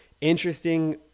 Interesting